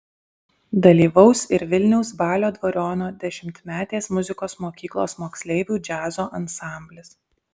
dalyvaus ir vilniaus balio dvariono dešimtmetės muzikos mokyklos moksleivių džiazo ansamblis